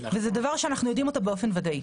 וזה דבר שאנחנו יודעים אותו באופן ודאי.